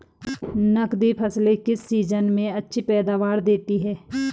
नकदी फसलें किस सीजन में अच्छी पैदावार देतीं हैं?